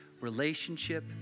relationship